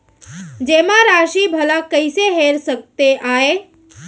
जेमा राशि भला कइसे हेर सकते आय?